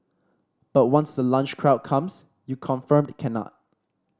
but once the lunch crowd comes you confirmed cannot